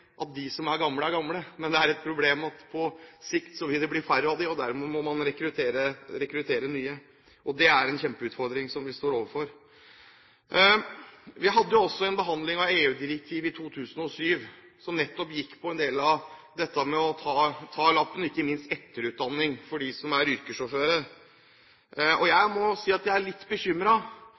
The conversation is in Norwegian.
at de som er gamle, er gamle. Men det er et problem at på sikt vil det bli færre av dem, og dermed må man rekruttere nye. Det er en kjempeutfordring vi står overfor. Vi hadde også en behandling av EU-direktivet i 2007, som nettopp gikk på en del av dette med å ta lappen, og ikke minst etterutdanning for dem som er yrkessjåfører. Jeg må si at jeg er litt